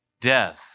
death